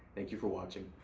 thank you for watching.